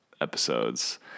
episodes